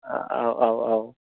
औ औ औ